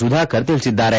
ಸುಧಾಕರ್ ತಿಳಿಸಿದ್ದಾರೆ